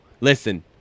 listen